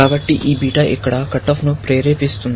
కాబట్టి ఈ బీటా ఇక్కడ కట్ ఆఫ్ను ప్రేరేపిస్తుంది